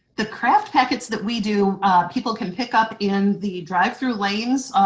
the craft packets that we do people can pick up in the drive through lanes,